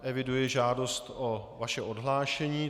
Eviduji žádost o odhlášení.